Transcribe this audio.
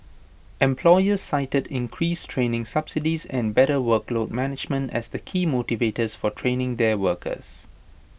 employers cited increased training subsidies and better workload management as the key motivators for training their workers